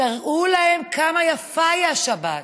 תראו להם כמה יפה היא השבת,